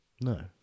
No